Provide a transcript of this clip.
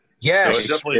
Yes